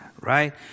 right